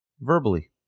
Verbally